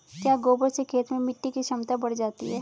क्या गोबर से खेत में मिटी की क्षमता बढ़ जाती है?